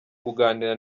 kuganira